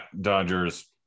Dodgers